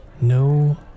No